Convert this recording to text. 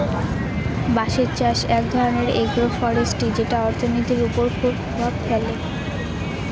বাঁশের চাষ এক ধরনের এগ্রো ফরেষ্ট্রী যেটা অর্থনীতির ওপর খুব প্রভাব ফেলে